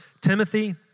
Timothy